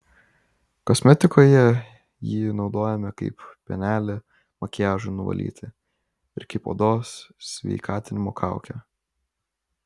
kosmetikoje jį naudojame kaip pienelį makiažui nuvalyti ir kaip odos sveikatinimo kaukę